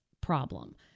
problem